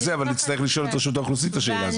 אבל נצטרך לשאול את רשות האוכלוסין את השאלה הזאת.